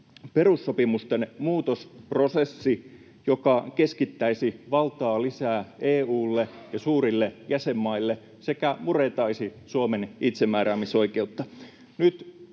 perussopimusten muutosprosessi, joka keskittäisi valtaa lisää EU:lle ja suurille jäsenmaille sekä murentaisi Suomen itsemääräämisoikeutta.